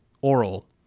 oral